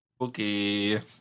Okay